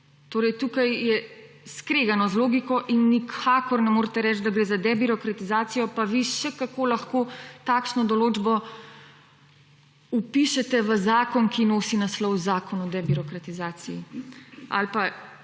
To je skregano z logiko in nikakor ne morete reči, da gre za debirokratizacijo, pa vi še kako lahko takšno določbo vpišete v zakon, ki nosi naslov Zakon o debirokratizaciji. Če se